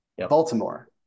Baltimore